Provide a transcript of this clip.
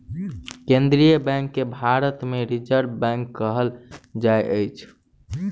केन्द्रीय बैंक के भारत मे रिजर्व बैंक कहल जाइत अछि